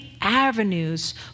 avenues